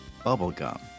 bubblegum